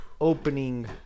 opening